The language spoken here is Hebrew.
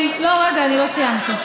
רגע, אני לא סיימתי.